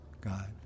God